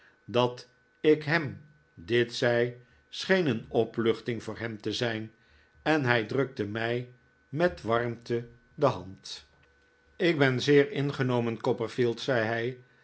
nemen datik hem dit zei scheen een opluchting voor hem te zijn en hij drukte mij met warmte de hand ik ben zeer ingenomen copperfield zei hij